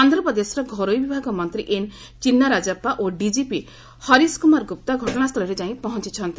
ଆନ୍ଧ୍ରପ୍ରଦେଶର ଘରୋଇ ବିଭାଗ ମନ୍ତ୍ରୀ ଏନ୍ ଚିନ୍ନାରାଜାପ୍ସା ଓ ଡିକିପି ହରୀଶ କୁମାର ଗୁପ୍ତା ଘଟଣାସ୍ଥଳରେ ଯାଇ ପହଞ୍ଚ ଛନ୍ତି